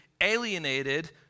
alienated